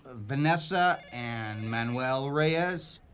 vanessa and manuel reyes.